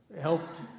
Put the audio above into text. helped